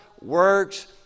works